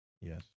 Yes